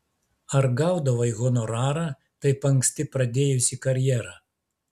ar gaudavai honorarą taip anksti pradėjusi karjerą